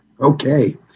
Okay